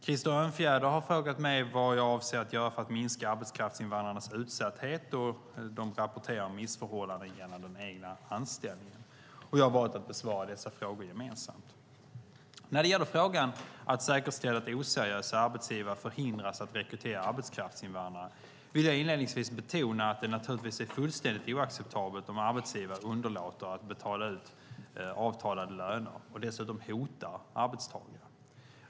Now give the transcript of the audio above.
Krister Örnfjäder har frågat mig vad jag avser att göra för att minska arbetskraftsinvandrarnas utsatthet då de rapporterar om missförhållanden gällande den egna anställningen. Jag har valt att besvara dessa frågor gemensamt. När det gäller frågan att säkerställa att oseriösa arbetsgivare förhindras att rekrytera arbetskraftsinvandrare vill jag inledningsvis betona att det naturligtvis är fullständigt oacceptabelt om arbetsgivare underlåter att betala ut avtalade löner och dessutom hotar arbetstagare.